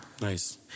nice